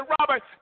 Robert